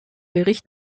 bericht